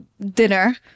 dinner